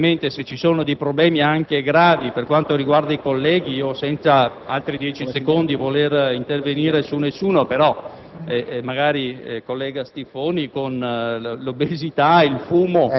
con trasporto via elicottero fino ad Avezzano, evidentemente se ci sono dei problemi gravi per quanto riguarda i colleghi - senza voler intervenire su nessuno, però